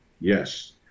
Yes